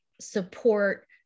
support